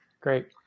great